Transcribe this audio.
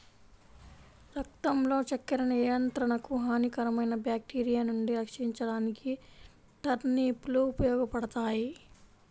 రక్తంలో చక్కెర నియంత్రణకు, హానికరమైన బ్యాక్టీరియా నుండి రక్షించడానికి టర్నిప్ లు ఉపయోగపడతాయి